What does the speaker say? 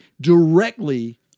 directly